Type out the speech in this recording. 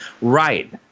Right